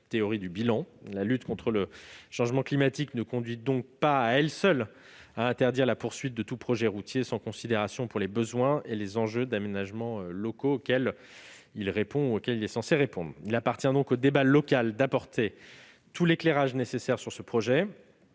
théorie du bilan ; la lutte contre le changement climatique ne conduit donc pas, à elle seule, à interdire la poursuite de tout projet routier sans considération pour les besoins et les enjeux d'aménagement locaux auxquels celui-ci est censé répondre. Il appartient donc au débat local d'apporter tout l'éclairage nécessaire sur ce projet,